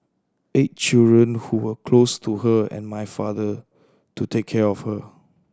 eight children who were close to her and my father to take care of her